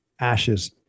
ashes